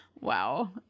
Wow